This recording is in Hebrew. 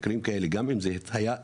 גם אם סכסוך בין תלמידים שהיה מנסה